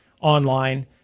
online